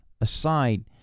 aside